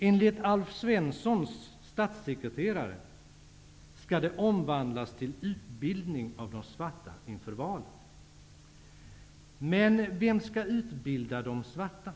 Enligt Alf Svenssons statssekreterare skall biståndet omvandlas till utbildnig av de svarta inför valen. Men vem skall utbilda de svarta?